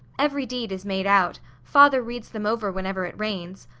every deed is made out. father reads them over whenever it rains.